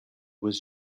was